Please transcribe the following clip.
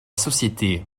société